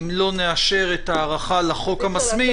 אם לא נאשר את ההארכה לחוק המסמיך,